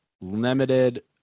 limited